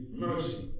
mercy